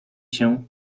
się